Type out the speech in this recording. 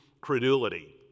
credulity